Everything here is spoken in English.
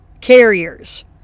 carriers